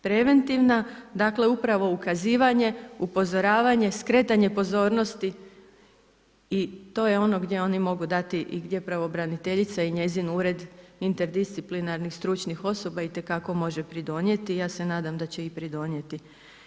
Preventivna, dakle, upravo ukazivanje, upozoravanje, skretanje pozornosti i to je ono gdje oni mogu dati i gdje pravobraniteljica i njezin ured interdisplinarnih stručnih osoba itekako može pridonijeti i ja se nadam da će i pridonijeti.